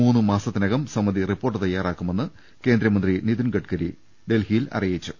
മൂന്നുമാസത്തിനകം സമിതി റിപ്പോർട്ട് തയ്യാറാക്കുമെന്ന് കേന്ദ്രമന്ത്രി നിതിൻ ഗഡ്കരി ഡൽഹി യിൽ അറിയിച്ചു